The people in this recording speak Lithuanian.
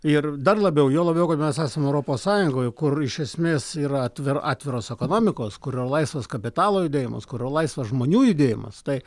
ir dar labiau juo labiau kad mes esam europos sąjungoje kur iš esmės yra atvira atviros ekonomikos kurioj laisvas kapitalo judėjimas kurioj laisvas žmonių judėjimas tai